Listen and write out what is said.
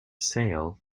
sale